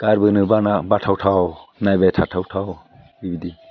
गारबोनो बाना बाथाव थाव नायबाय थाथावथाव बिबादि